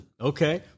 Okay